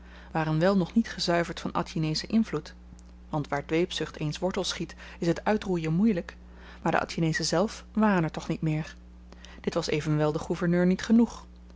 wel nog niet gezuiverd van atjineschen invloed want waar dweepzucht eens wortel schiet is t uitroeien moeielyk maar de atjinezen zelf waren er toch niet meer dit was evenwel den gouverneur niet genoeg